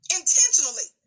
intentionally